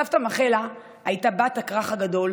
סבתא מכלה הייתה בת הכרך הגדול,